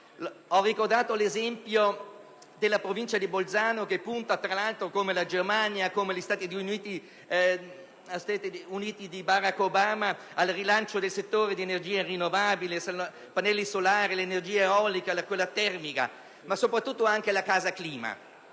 Ho ricordato l'esempio della Provincia di Bolzano che punta, come la Germania e gli Stati Uniti di Barack Obama, al rilancio dei settori dell'energia rinnovabile (pannelli solari, energia eolica e termica), ma soprattutto alla casa clima.